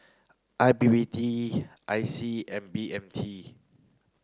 I P P T I C and B M T